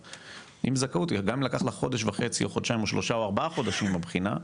גם אם לקח לך חודש וחצי או חודשיים או שלושה או ארבעה חודשים לבחינה,